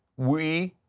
we,